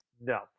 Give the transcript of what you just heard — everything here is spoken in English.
no